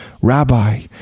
Rabbi